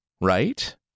right